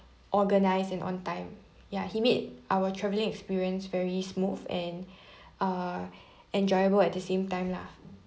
organised and on time ya he made our travelling experience very smooth and err enjoyable at the same time lah